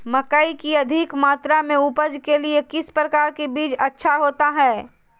मकई की अधिक मात्रा में उपज के लिए किस प्रकार की बीज अच्छा होता है?